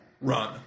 run